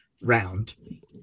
round